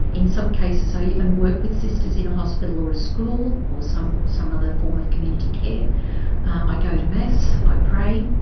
in some cases, i even work with sisters in a hospital or a school or some some other form of community care i go to mass i pray.